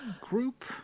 group